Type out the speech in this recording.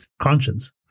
conscience